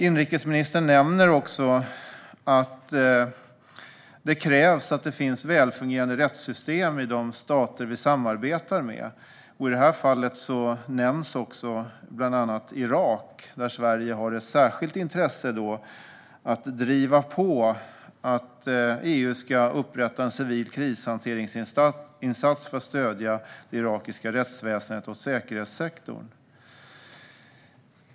Inrikesministern nämner också att det krävs att det finns välfungerande rättssystem i de stater vi samarbetar med. I det här fallet nämns också bland annat Irak, där Sverige har ett särskilt intresse av att driva på för att EU ska upprätta en civil krishanteringsinsats för att stödja det irakiska rättsväsendet och säkerhetssektorn.